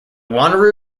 wanneroo